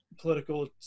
political